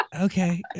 Okay